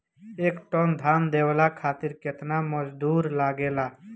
एक टन धान दवावे खातीर केतना मजदुर लागेला?